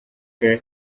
they